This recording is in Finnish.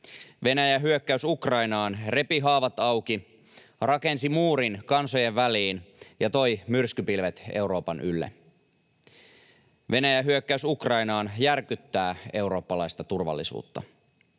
Venäjän hyökkäys Ukrainaan repi haavat auki, rakensi muurin kansojen väliin ja toi myrskypilvet Euroopan ylle. Venäjän hyökkäys Ukrainaan järkyttää eurooppalaista turvallisuutta.